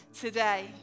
today